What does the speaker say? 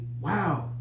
wow